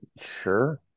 Sure